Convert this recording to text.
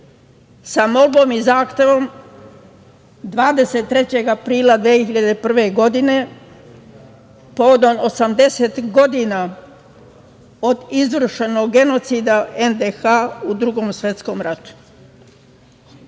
sa molbom i zahtevom 23. aprila 2021. godine povodom osamdeset godina od izvršenog genocida NDH u Drugom svetskom ratu. Da